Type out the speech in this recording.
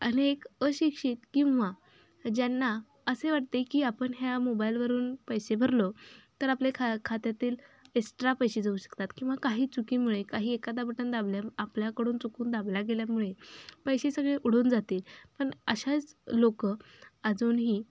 अनेक अशिक्षित किंवा ज्यांना असे वाटते की आपण ह्या मोबाईलवरून पैसे भरले तर आपल्या खा खात्यातील एक्स्ट्रा पैसे जाऊ शकतात किंवा काही चुकीमुळे काही एखादा बटन दाबले आपल्याकडून चुकून दाबले गेल्यामुळे पैसे सगळे उडून जातील पण असेच लोकं अजूनही